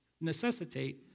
necessitate